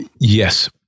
Yes